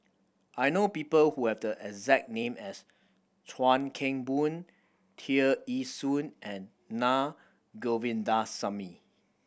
I know people who have the exact name as Chuan Keng Boon Tear Ee Soon and Na Govindasamy